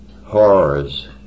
horrors